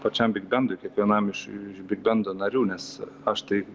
pačiam bigbendui kiekvienam iš iš bigbendo narių nes aš tai